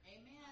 Amen